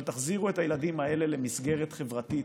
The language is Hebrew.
אבל תחזירו את הילדים האלה למסגרת חברתית.